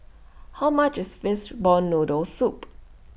How much IS Fishball Noodle Soup